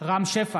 רם שפע,